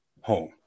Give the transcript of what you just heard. home